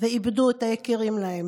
ואיבדו את היקירים להם.